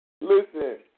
Listen